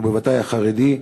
ובוודאי החרדי,